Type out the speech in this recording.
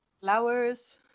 flowers